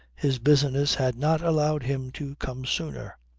his business had not allowed him to come sooner.